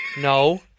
No